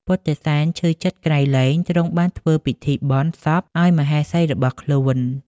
ពុទ្ធិសែនឈឺចិត្តក្រៃលែងទ្រង់បានធ្វើពិធីបុណ្យសពឲ្យមហេសីរបស់ខ្លួន។